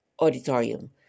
Auditorium